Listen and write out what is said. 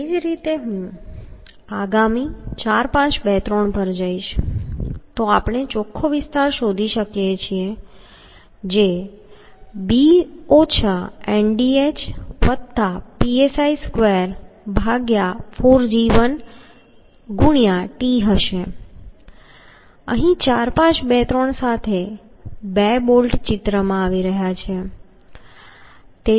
એ જ રીતે જો હું આગામી 4 5 2 3 પર જઈશ તો આપણે ચોખ્ખો વિસ્તાર શોધી શકીએ છીએ જે b ndhpsi24git હશે અહીં 4 5 2 3 સાથે બે બોલ્ટ ચિત્રમાં આવી રહ્યા છે